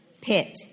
pit